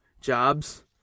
jobs